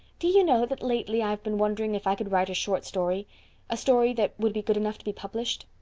do you know that lately i have been wondering if i could write a short story a story that would be good enough to be published?